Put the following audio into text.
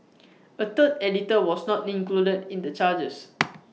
A third editor was not included in the charges